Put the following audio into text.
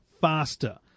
faster